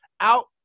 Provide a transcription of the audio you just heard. out